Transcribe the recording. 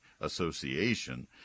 association